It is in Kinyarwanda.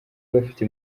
bafite